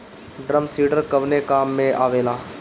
Drum seeder कवने काम में आवेला?